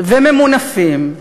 וממונפים,